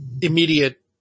immediate